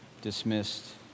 dismissed